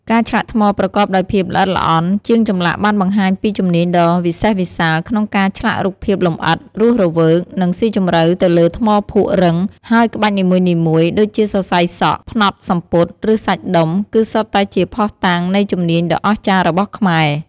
ការឆ្លាក់ថ្មប្រកបដោយភាពល្អិតល្អន់ ជាងចម្លាក់បានបង្ហាញពីជំនាញដ៏វិសេសវិសាលក្នុងការឆ្លាក់រូបភាពលម្អិត រស់រវើក និងស៊ីជម្រៅទៅលើថ្មភក់រឹង ហើយក្បាច់នីមួយៗ ដូចជាសរសៃសក់ ផ្នត់សំពត់ ឬសាច់ដុំ គឺសុទ្ធតែជាភស្តុតាងនៃជំនាញដ៏អស្ចារ្យរបស់ខ្មែរ។